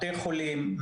בתי חולים,